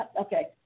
Okay